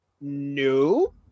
no